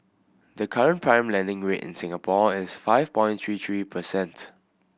the current prime lending rate in Singapore is five point three three percent